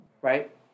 right